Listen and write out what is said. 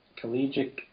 collegiate